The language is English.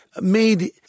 made